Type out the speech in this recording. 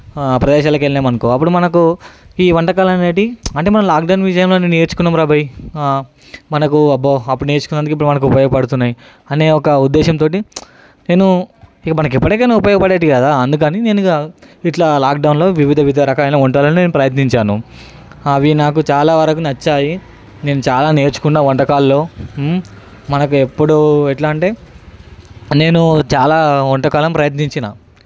ప్రదేశాలకు వెళ్ళాము అనుకో అప్పుడు మనకు ఈ వంటకాలు అనేవి అంటే లాక్డౌన్ విషయంలో నేను నేర్చుకున్నారాం బాయ్ మనకు అబ్బో అప్పుడు నేర్చుకున్నందుకు ఇప్పుడు మనకు ఉపయోగపడుతున్నాయి అనే ఒక ఉద్దేశం తోటి నేను ఇక మనకు ఎప్పటికైనా ఉపయోగపడేవి కదా అందుకని నేను ఇంకా ఇట్లా లాక్డౌన్లో వివిధ వివిధ రకమైన వంటలను నేను ప్రయత్నించాను అవి నాకు చాలా వరకు నచ్చాయి నేను చాలా నేర్చుకున్న వంటకాల్లో మనకు ఎప్పుడు ఎట్లా అంటే నేను చాలా వంటకాలను ప్రయత్నించిన